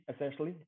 essentially